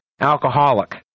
alcoholic